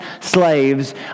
slaves